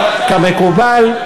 כמקובל.